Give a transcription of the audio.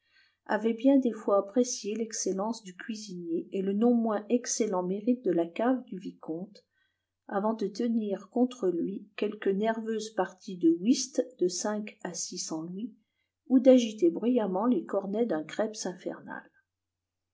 avaient bien des fois apprécié l'excellence du cuisinier et le non moins excellent mérite de la cave du vicomte avant de tenir contre lui quelque nerveuse partie de whist de cinq à six cents louis ou d'agiter bruyamment les cornets d'un creps infernal